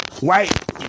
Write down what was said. white